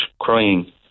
crying